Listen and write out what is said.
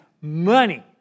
money